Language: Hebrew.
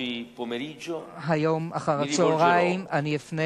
היום אחר-הצהריים אני אפנה